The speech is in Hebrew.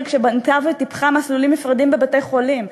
כשבנתה וטיפחה מסלולים נפרדים בבתי-חולים,